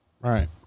Right